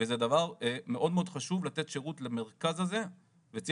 וזה דבר מאוד מאוד חשוב לתת שירות למרכז הזה וצריך